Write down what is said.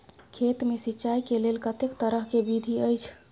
खेत मे सिंचाई के लेल कतेक तरह के विधी अछि?